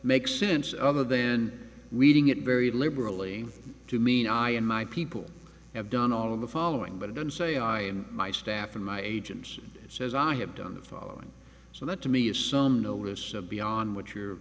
make sense other then weeding it very liberally to mean i and my people have done all of the following but i don't say i and my staff and my agents says i have done the following so that to me is some notice of beyond what you're